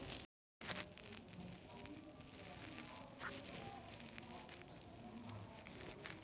ನೇವು ಎ.ಫ್ಡಿಯನ್ನು ತೆರೆದಾಗ ನಿಮಗೆ ನೇಡುವ ಬಡ್ಡಿ ದರವ ನಿಮ್ಮ ಅಧಿಕಾರಾವಧಿಯೊಳ್ಗ ಸ್ಥಿರವಾಗಿರ್ತದ